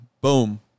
Boom